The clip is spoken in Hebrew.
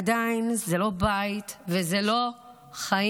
עדיין זה לא בית וזה לא חיים.